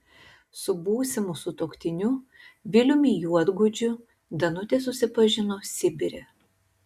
su būsimu sutuoktiniu viliumi juodgudžiu danutė susipažino sibire